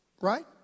Right